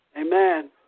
Amen